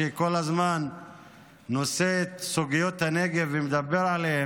שכל הזמן נושא את סוגיות הנגב ומדבר עליהן,